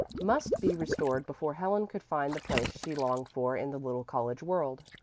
must be restored before helen could find the place she longed for in the little college world.